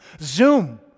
Zoom